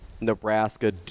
Nebraska